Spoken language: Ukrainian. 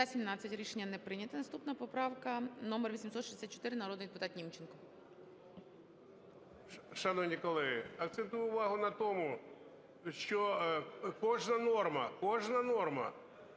Шановні колеги, акцентую увагу на тому, що кожна норма, кожна норма